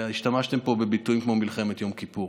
השתמשתם פה בביטויים כמו "מלחמת יום כיפור".